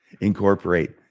incorporate